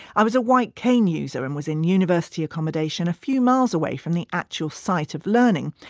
i was a white cane user and was in university accommodation a few miles away from the actual site of learning.